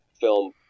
film